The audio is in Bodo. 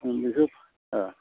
बेफोर